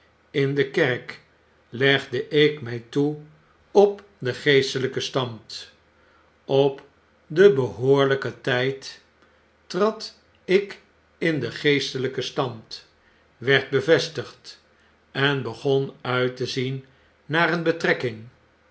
in de kerk legde ik mij toe op den geestelyken stand op den behoorlijken tyd trad ik in den geestelyken stand werd bevestigd en begon uit te zien naar een betrekking